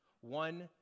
One